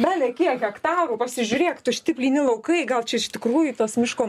belekiek hektarų pasižiūrėk tušti plyni laukai gal čia iš tikrųjų tas miško